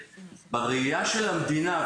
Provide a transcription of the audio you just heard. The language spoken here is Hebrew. בראייה של המדינה,